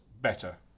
better